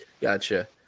gotcha